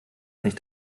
nicht